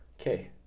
okay